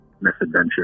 misadventure